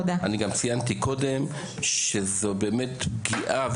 אני גם ציינתי קודם שזו באמת פגיעה,